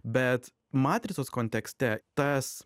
bet matricos kontekste tas